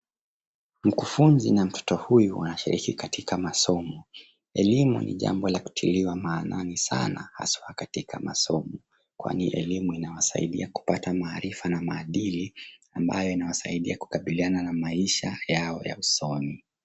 Mkufunzi na mtoto huyu wanashiriki katika masomo. Elimu ni jambo la kutiliwa maanani sana hasa katika masomo kwani elimu inawasaidia kupata maarifa na maadili ambayo inawasaidia kukabiliana na maisha yao ya usoni.